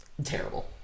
terrible